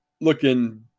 looking